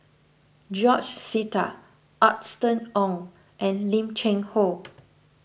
George Sita Austen Ong and Lim Cheng Hoe